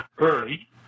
early